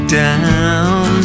down